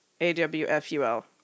A-W-F-U-L